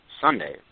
Sunday